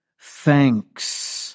thanks